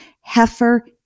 Heifer